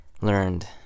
learned